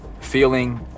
feeling